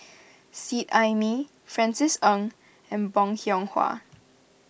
Seet Ai Mee Francis Ng and Bong Hiong Hwa